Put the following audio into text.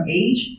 age